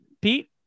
Pete